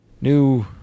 New